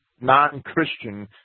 non-Christian